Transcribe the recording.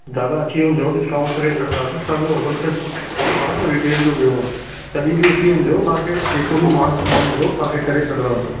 दादा अची वञिजो डिस्काउंट करे छॾिदासि असांजो होलसेल जो आहे रिटेल जो बियो आहे तॾहिं बि अची वञिजो तव्हांखे जेको बि मानु समानु हूंदो तव्हांखे करे छॾदासीं